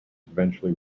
eventually